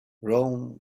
rome